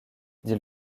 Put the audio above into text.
dit